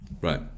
right